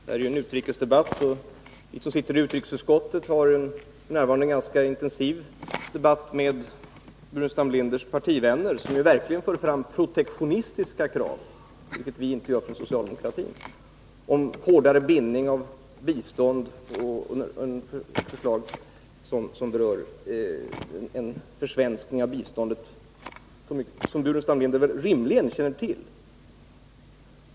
Fru talman! Det är ju en utrikespolitisk debatt vi för här, och jag vill därför säga att vi som sitter i utrikesutskottet f. n. har en ganska intensiv debatt med Staffan Burenstam Linders partivänner, som verkligen för fram protektionistiska krav, vilket vi från socialdemokratin inte gör. Det är krav på hårdare bindning när det gäller biståndsgivningen, och det är förslag som innebär en försvenskning av biståndet. Detta är rimligen något som Staffan Burenstam Linder känner till.